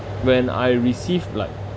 when I receive like